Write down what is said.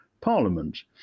parliament